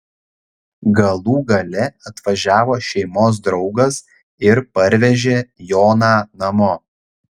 galų gale atvažiavo šeimos draugas ir parvežė joną namo